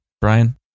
Brian